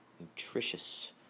nutritious